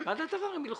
לוועדת ערר הם ילכו.